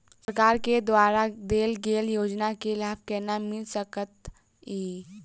सरकार द्वारा देल गेल योजना केँ लाभ केना मिल सकेंत अई?